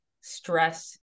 stress